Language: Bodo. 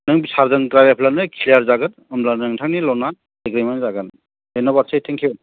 नों सारजों रायज्लायब्लानो नोङो क्लियार जागोन होनब्लानो नोंथांनि ल'नआ एग्रिमेन्ट जागोन धयन'बादसै थेंक इउ